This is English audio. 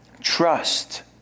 trust